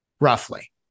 Roughly